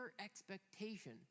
expectation